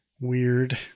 Weird